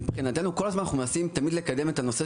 מבחינתנו אנחנו מנסים כל הזמן לקדם את הנושא